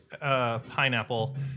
Pineapple